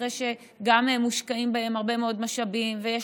אחרי שגם מושקעים בהם הרבה מאוד משאבים ויש